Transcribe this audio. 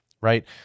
right